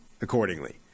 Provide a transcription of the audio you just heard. accordingly